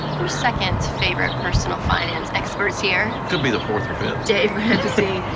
your second favorite personal finance expert is here. could be the fourth or fifth. dave ramsey.